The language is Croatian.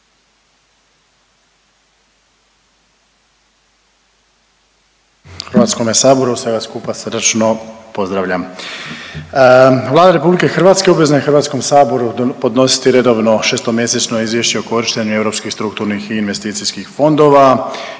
Hrvatskome saboru, sve vas skupa srdačno pozdravljam. Vlada Republike Hrvatske obvezna je Hrvatskom saboru podnositi redovno šestomjesečno izvješće o korištenju europskih strukturnih i investicijskih fondova